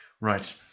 right